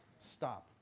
Stop